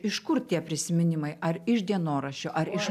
iš kur tie prisiminimai ar iš dienoraščio ar iš